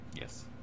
Yes